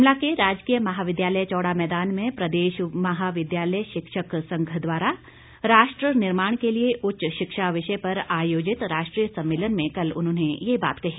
शिमला के राजकीय महाविद्यालय चौड़ा मैदान में प्रदेश महाविद्यालय शिक्षक संघ द्वारा राष्ट्र निर्माण के लिए उच्च शिक्षा विषय पर आयोजित राष्ट्रीय सम्मेलन में कल उन्होंने ये बात कही